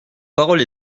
parole